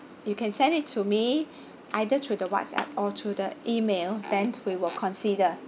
you can send it to me either through the whatsapp or through the email then we will consider